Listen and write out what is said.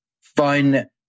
fun